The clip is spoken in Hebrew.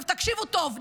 עכשיו תקשיבו טוב.